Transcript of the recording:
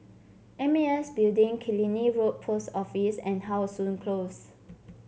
M A S Building Killiney Road Post Office and How Sun Close